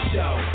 Show